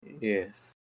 Yes